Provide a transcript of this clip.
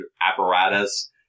apparatus